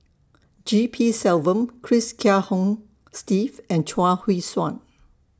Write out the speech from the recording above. G P Selvam Cress Kiah Hong Steve and Chuang Hui Tsuan